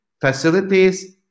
facilities